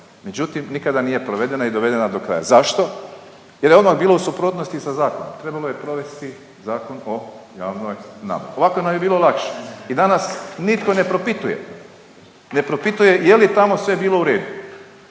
Međutim, nikada nije provedena i dovedena do kraja. Zašto? Jer je odmah bila u suprotnosti sa zakonom, trebalo je provesti Zakon o javnoj nabavi. Ovako nam je bilo lakše i danas nitko ne propituje, ne propituje je li tamo sve bilo u redu.